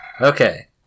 Okay